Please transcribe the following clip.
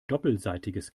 doppelseitiges